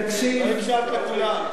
תקשיב, לא הקשבת לכולם.